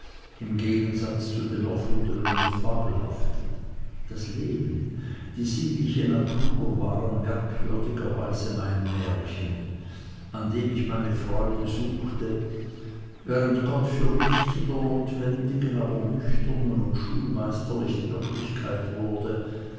im gegensatze zu dem erfundenen und fabelhaften das leben die sinnliche natur waren merkwürdigerweise mein märchen in dem ich meine freude suchte während gott für mich zu der notwendigen aber nüchternen und schulmeisterlichen wirklichkeit wurde